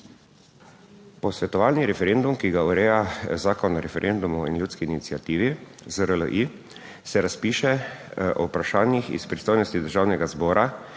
Posvetovalni referendum, ki ga ureja Zakon o referendumu in ljudski iniciativi (ZRLI) se razpiše o vprašanjih iz pristojnosti državnega zbora,